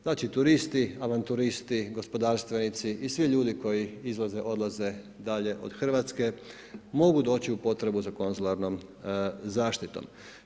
Znači turisti, avanturisti, gospodarstvenici i svi ljudi koji izlaze, odlaze dalje od Hrvatske, mogu doći u potragu za konzularnom zaštitom.